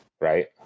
Right